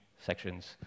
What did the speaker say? sections